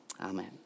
Amen